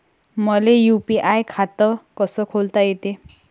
मले यू.पी.आय खातं कस खोलता येते?